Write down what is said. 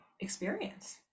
experience